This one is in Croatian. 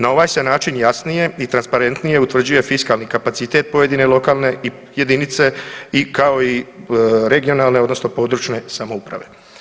Na ovaj se način jasnije i transparentnije utvrđuje fiskalni kapacitet pojedine lokalne jedinice kao i regionalne odnosno područne samouprave.